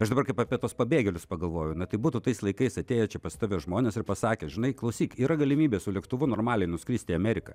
aš dabar kaip apie tuos pabėgėlius pagalvojau na tai būtų tais laikais atėję čia pas tave žmonės ir pasakę žinai klausyk yra galimybė su lėktuvu normaliai nuskristi į ameriką